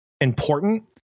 important